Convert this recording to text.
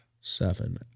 Seven